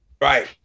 Right